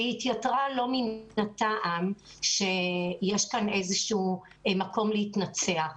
היא התייתרה לא מן הטעם שיש כאן מקום להתנצח,